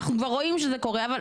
אנחנו כבר רואים שזה קורה.